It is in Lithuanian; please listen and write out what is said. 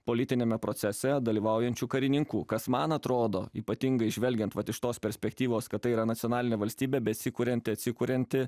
politiniame procese dalyvaujančių karininkų kas man atrodo ypatingai žvelgiant iš tos perspektyvos kad tai yra nacionalinė valstybė besikurianti atsikurianti